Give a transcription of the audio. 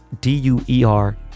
D-U-E-R